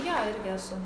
jo irgi esu